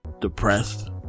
Depressed